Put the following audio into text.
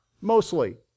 mostly